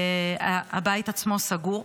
הבית עצמו סגור,